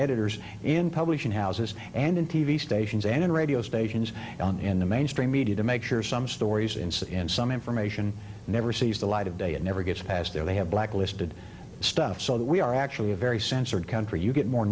editors in publishing houses and in t v stations and in radio stations in the mainstream media to make sure some stories instead and some information never sees the light of day it never gets passed there they have blacklisted stuff so that we are actually a very censored country you get more